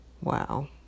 Wow